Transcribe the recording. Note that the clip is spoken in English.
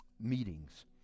meetings